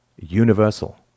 universal